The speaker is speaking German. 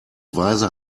weise